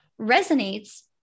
resonates